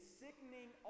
sickening